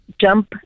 jump